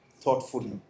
thoughtfully